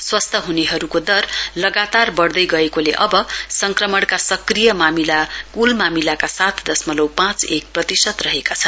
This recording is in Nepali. स्वस्थ हनेहरुको दर लगातार वढ़दै गएकोले अब संक्रमणका सक्रिय मामिला कुल मामिलाका सात दशमलउ पाँच एक प्रतिशत रहेका छन्